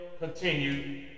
continue